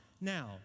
Now